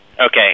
Okay